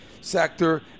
sector